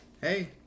Hey